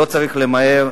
לא צריך למהר.